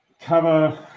cover